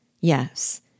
Yes